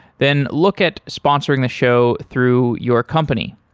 then look at sponsoring the show through your company.